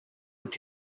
with